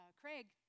Craig